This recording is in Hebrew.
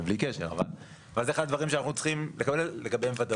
אבל זה אחד הדברים שאנחנו צריכים לקבל לגביו ודאות.